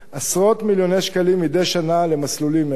עשרות מיליוני שקלים מדי שנה למסלולים אלה.